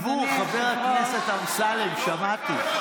אדוני היושב-ראש, שבו, חבר הכנסת אמסלם, שמעתי.